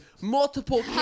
Multiple